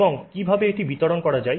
এবং কিভাবে এটি বিতরণ করা হয়